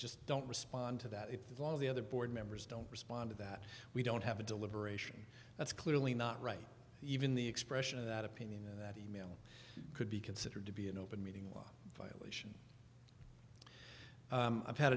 just don't respond to that a lot of the other board members don't respond that we don't have a deliberation that's clearly not right even the expression of that opinion and that email could be considered to be an open meeting law violation i've had